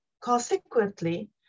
Consequently